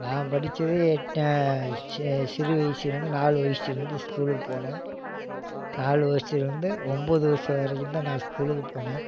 நான் படித்ததே எட்டா சிறு வயசுலேருந்து நாலு வயசுலேருந்து ஸ்கூலுக்கு போனேன் நாலு வயசுலேருந்து ஒம்போது வயசு வரைக்கும்தான் நான் ஸ்கூலுக்கு போனேன்